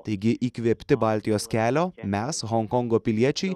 taigi įkvėpti baltijos kelio mes honkongo piliečiai